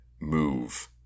move